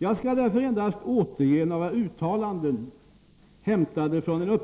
Jag skall därför endast återge några uttalanden hämtade från